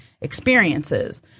experiences